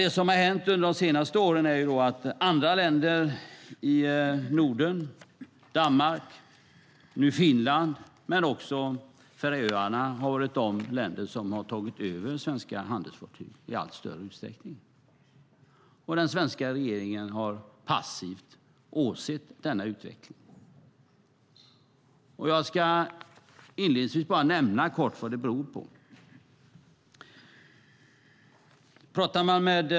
Det som har hänt under de senaste åren är att andra länder i Norden - Danmark, Finland och även Färöarna - har tagit över svenska handelsfartyg i allt större utsträckning. Den svenska regeringen har passivt åsett denna utveckling. Jag ska inledningsvis kort nämna vad det beror på.